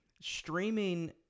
streaming